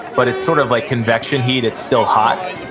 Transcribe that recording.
but it's sort of like convection heat, it's still hot.